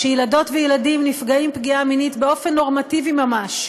שילדות וילדים נפגעים פגיעה מינית באופן נורמטיבי ממש,